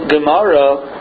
Gemara